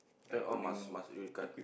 the all must must recut